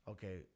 Okay